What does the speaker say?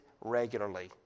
regularly